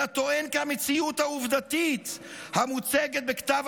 אלא טוען כי המציאות העובדתית המוצגת בכתב